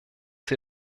sie